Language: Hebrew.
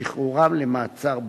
שחרורם למעצר בית.